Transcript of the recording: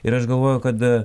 ir aš galvoju kad